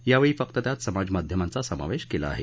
यावेळी फक्त त्यात समाज माध्यमांचा समावेश केला आहे